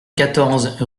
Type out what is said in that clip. quatorze